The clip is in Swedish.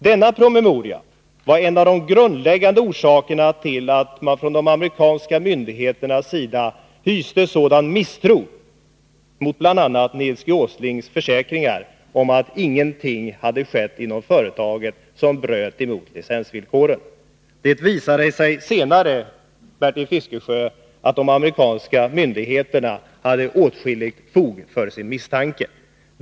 Denna promemoria var en av de grundläggande orsakerna till att de amerikanska myndigheterna hyste sådan misstro mot bl.a. Nils G. Åslings försäkringar att ingenting hade skett inom företaget som stred mot licensvillkoren. Det visade sig senare, Bertil Fiskesjö, att de amerikanska myndigheterna hade åtskillig fog för sin misstanke.